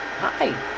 Hi